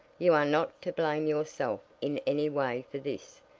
you are not to blame yourself in any way for this.